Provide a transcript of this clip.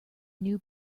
new